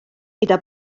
gyda